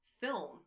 film